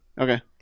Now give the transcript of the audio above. Okay